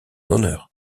honneur